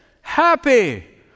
happy